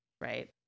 right